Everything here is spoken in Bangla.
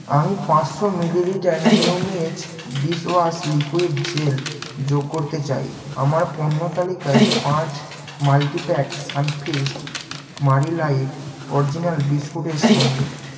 আমি পাঁচশো মিলিলিটার নিউমিয়েজ ডিশওয়াশ লিকুইড জেল যোগ করতে চাই আমার পণ্য তালিকায় পাঁচ multipack Sunfeast Marie light original biscuit এর সঙ্গে